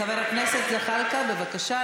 חבר הכנסת זחאלקה, בבקשה.